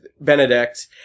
Benedict